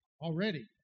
already